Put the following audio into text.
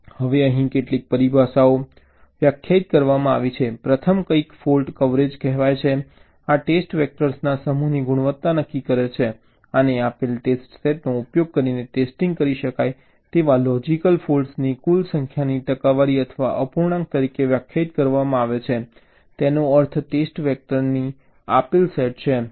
હવે અહીં કેટલીક પરિભાષાઓ વ્યાખ્યાયિત કરવામાં આવી છે પ્રથમ કંઈક ફોલ્ટ કવરેજ કહેવાય છે આ ટેસ્ટ વેક્ટર્સના સમૂહની ગુણવત્તા નક્કી કરે છે આને આપેલ ટેસ્ટ સેટનો ઉપયોગ કરીને ટેસ્ટિંગ કરી શકાય તેવા લોજિકલ ફૉલ્ટ્સની કુલ સંખ્યાની ટકાવારી અથવા અપૂર્ણાંક તરીકે વ્યાખ્યાયિત કરવામાં આવે છે તેનો અર્થ ટેસ્ટ વેક્ટરનો આપેલ સેટ છે